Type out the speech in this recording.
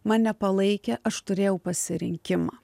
mane palaikė aš turėjau pasirinkimą